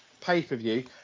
pay-per-view